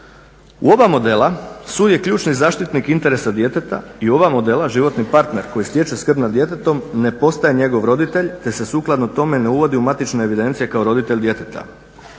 U oba modela sud je ključni zaštitnik interesa djeteta i oba modela životni parter koji stječe skrb nad djetetom ne postaje njegov roditelj te se sukladno tome ne uvodi u matične evidencije kao roditelj djeteta.